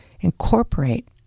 incorporate